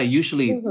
usually